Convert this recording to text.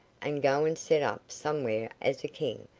and go and set up somewhere as a king,